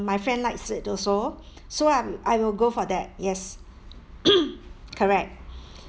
my friend likes it also so I'm I will go for that yes correct